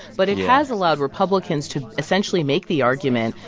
but it has allowed republicans to essentially make the argument,